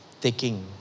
taking